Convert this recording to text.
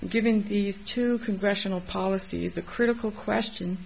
and given these two congressional policies the critical question